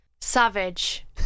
Savage